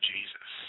Jesus